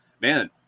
man